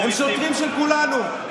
הם שוטרים של כולנו.